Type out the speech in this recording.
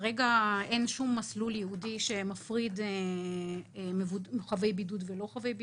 כרגע אין מסלול ייעודי שמפריד מחויבי בידוד ולא מחויבי בידוד.